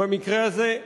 במקרה הזה,